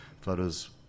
photos